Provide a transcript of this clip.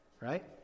right